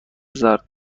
زرد